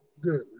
Good